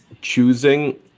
choosing